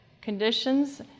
conditions